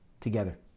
together